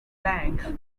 bank